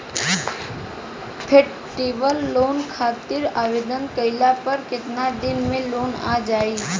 Festival loan खातिर आवेदन कईला पर केतना दिन मे लोन आ जाई?